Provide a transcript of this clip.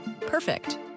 Perfect